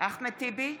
אחמד טיבי,